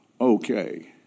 okay